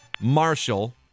Marshall